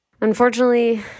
Unfortunately